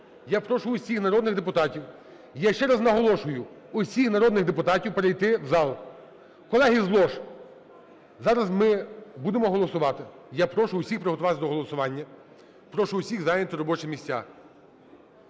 Я прошу всіх народних депутатів, я ще раз наголошую, усіх народних депутатів перейти в зал. Колеги з лож, зараз ми будемо голосувати, я прошу всіх приготуватися до голосування, прошу всіх зайняти робочі місця.